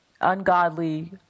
ungodly